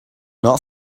not